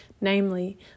namely